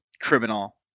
criminal